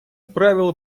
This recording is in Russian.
правила